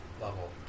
level